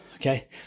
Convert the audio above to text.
Okay